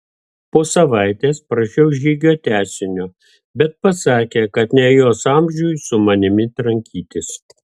po savaitės prašiau žygio tęsinio bet pasakė kad ne jos amžiui su manimi trankytis